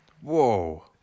Whoa